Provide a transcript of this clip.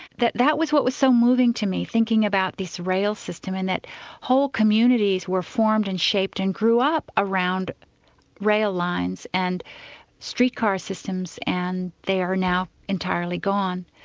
that that was what was so moving to me, thinking about this rail system and that whole communities were formed and shaped and grew up around rail lines and streetcar systems and they are now entirely gone.